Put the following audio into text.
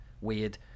weird